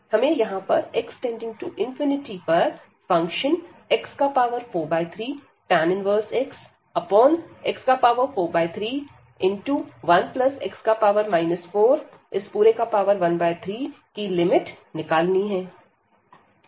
हमें यहां पर x→∞ पर फंक्शन x43 tan 1xx431x 413की लिमिट निकाली है